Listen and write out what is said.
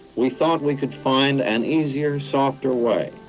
we thought we could find an easier, softer way.